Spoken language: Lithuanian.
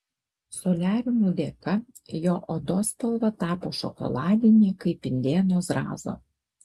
soliariumų dėka jo odos spalva tapo šokoladinė kaip indėno zrazo